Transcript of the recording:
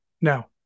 now